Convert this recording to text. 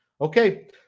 Okay